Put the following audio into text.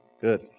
Good